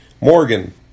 Morgan